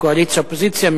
קואליציה אופוזיציה,